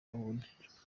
abone